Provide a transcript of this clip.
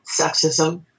sexism